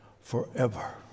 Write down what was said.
forever